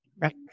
Right